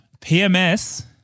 PMS